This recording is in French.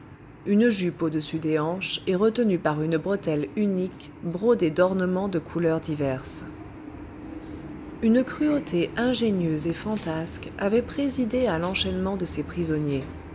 une jupe au-dessus des hanches et retenue par une bretelle unique brodée d'ornements de couleurs diverses une cruauté ingénieuse et fantasque avait présidé à l'enchaînement de ces prisonniers